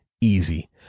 Easy